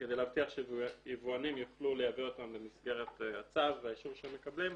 וכדי להבטיח שיבואנים יוכלו לייבא אותם במסגרת הצו והאישור שהם מקבלים,